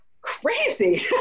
crazy